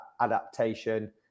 adaptation